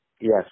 Yes